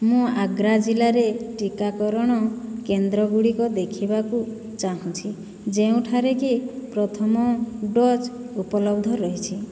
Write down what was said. ମୁଁ ଆଗ୍ରା ଜିଲ୍ଲାରେ ଟିକାକରଣ କେନ୍ଦ୍ର ଗୁଡ଼ିକ ଦେଖିବାକୁ ଚାହୁଁଛି ଯେଉଁଠାରେ କି ପ୍ରଥମ ଡୋଜ୍ ଉପଲବ୍ଧ ରହିଛି